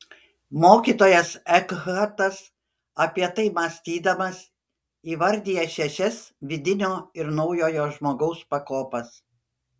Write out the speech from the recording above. mokytojas ekhartas apie tai mąstydamas įvardija šešias vidinio ir naujojo žmogaus pakopas